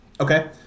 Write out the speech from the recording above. Okay